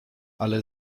ale